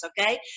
okay